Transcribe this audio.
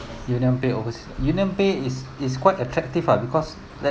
UnionPay oversea UnionPay is is quite attractive ah because